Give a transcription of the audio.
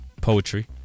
poetry